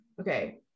Okay